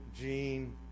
Gene